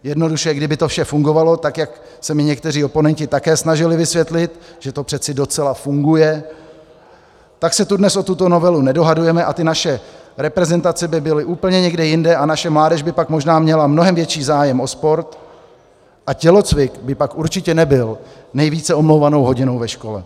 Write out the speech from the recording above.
Jednoduše, kdyby to vše fungovalo tak, jak se mi někteří oponenti také snažili vysvětlit, že to přece docela funguje, tak se tu dnes o tuto novelu nedohadujeme a ty naše reprezentace by byly úplně někde jinde a naše mládež by pak možná měla mnohem větší zájem o sport a tělocvik by pak určitě nebyl nejvíce omlouvanou hodinou ve škole.